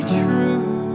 true